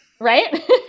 Right